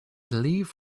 leave